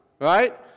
right